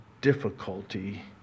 difficulty